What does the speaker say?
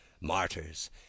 martyrs